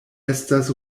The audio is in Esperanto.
estas